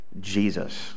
Jesus